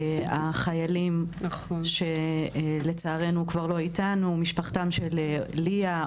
החיילים שלצערנו כבר לא איתנו משפחותיהם של ליה,